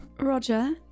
Roger